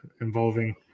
involving